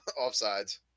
offsides